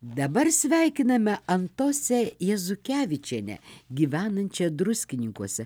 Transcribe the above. dabar sveikiname antosę jazukevičienę gyvenančią druskininkuose